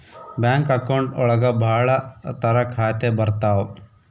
bank account ಒಳಗ ಭಾಳ ತರ ಖಾತೆ ಬರ್ತಾವ್